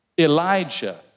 Elijah